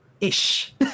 Ish